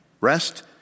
Rest